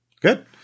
good